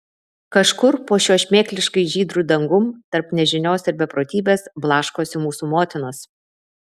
kažkur po šiuo šmėkliškai žydru dangum tarp nežinios ir beprotybės blaškosi mūsų motinos